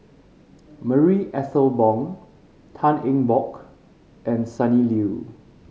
Marie Ethel Bong Tan Eng Bock and Sonny Liew